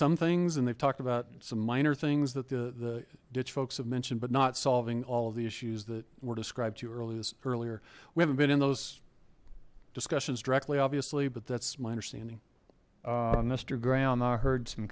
some things and they've talked about some minor things that the the ditch folks have mentioned but not solving all the issues that were described to you earlier we haven't been in those discussions directly obviously but that's my understanding mr graham i heard some